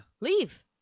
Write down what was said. leave